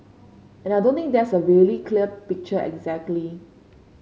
and I don't think there's a really clear picture exactly